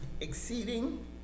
exceeding